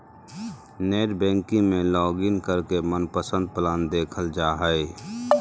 net banking में login करके मनपसंद प्लान देखल जा हय